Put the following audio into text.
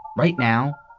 right now,